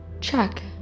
Check